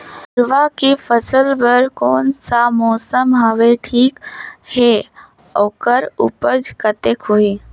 हिरवा के फसल बर कोन सा मौसम हवे ठीक हे अउर ऊपज कतेक होही?